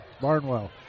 Barnwell